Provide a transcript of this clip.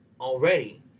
already